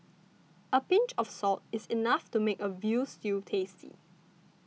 a pinch of salt is enough to make a Veal Stew tasty